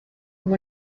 ubu